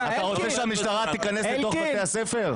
אתה רוצה שהמשטרה תיכנס לתוך בתי הספר?